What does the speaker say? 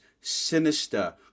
sinister